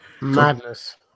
Madness